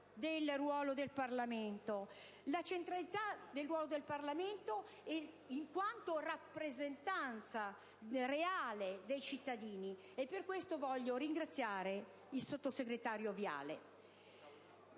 sia stata riconosciuta la centralità del ruolo del Parlamento in quanto rappresentanza reale dei cittadini, e per questo voglio ringraziare il sottosegretario Viale.